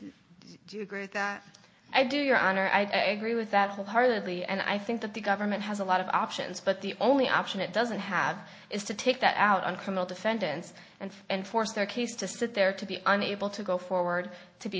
do you agree with that i do your honor i agree with that wholeheartedly and i think that the government has a lot of options but the only option it doesn't have is to take that out on criminal defendants and and force their case to sit there to be unable to go forward to be